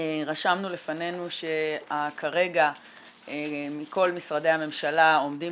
רשמנו לפנינו שכרגע כל משרדי הממשלה עומדים